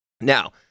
Now